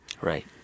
Right